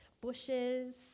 bushes